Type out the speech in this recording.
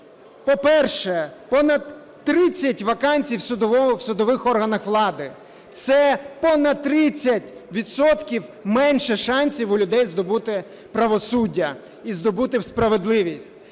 По-перше, понад 30 вакансій в судових органах влади – це понад 30 відсотків менше шансів у людей здобути правосуддя і здобути справедливість.